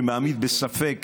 שמעמיד בספק